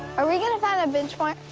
are we gonna find a benchmark?